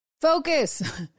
Focus